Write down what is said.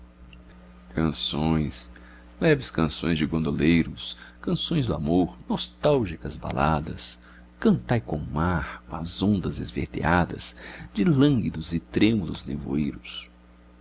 canções leves canções de gondoleiros canções do amor nostálgicas baladas cantai com o mar com as ondas esverdeadas de lânguidos e trêmulos nevoeiros